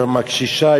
יום הקשישה,